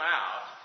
out